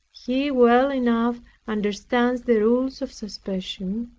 he well enough understands the rules of suspension,